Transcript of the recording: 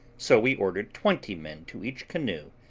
so we ordered twenty men to each canoe,